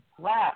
left